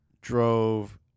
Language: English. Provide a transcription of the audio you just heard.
drove